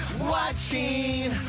Watching